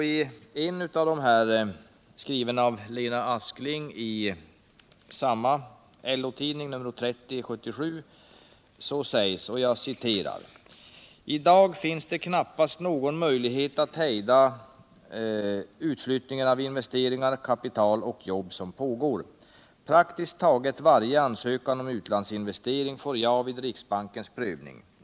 I en annan, skriven av Lena Askling i samma nummer av LO-tidningen, nr 30 1977, sägs: ”I dag finns knappast någon möjlighet att hejda den utflyttning av investeringar, kapital och jobb som pågår. Praktiskt taget varje ansökan om utlandsinvestering får ja vid Riksbankens prövning.